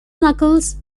knuckles